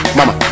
Mama